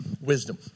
wisdom